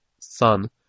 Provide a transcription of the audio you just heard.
son